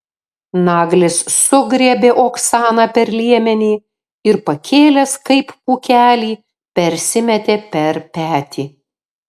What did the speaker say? naglis sugriebė oksaną per liemenį ir pakėlęs kaip pūkelį persimetė per petį